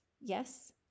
Yes